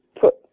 put